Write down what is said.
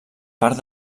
part